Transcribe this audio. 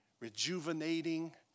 rejuvenating